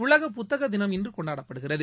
உலக புத்தக தினம் இன்று கொண்டாடப்படுகிறது